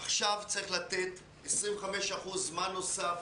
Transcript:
עכשיו צריך לתת 25% זמן נוסף